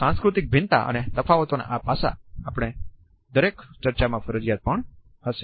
સાંસ્કૃતિક ભિન્નતા અને તફાવતોના આ પાસાંઓ આપણી દરેક ચર્ચામાં ફરજિયાતપણે હશે